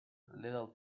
little